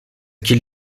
qu’il